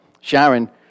Sharon